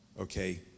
Okay